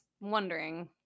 wondering